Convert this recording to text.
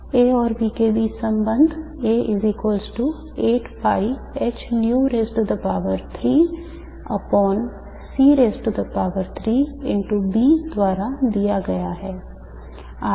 A और B के बीच संबंध द्वारा दिया गया है